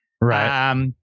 Right